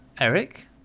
Eric